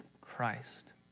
Christ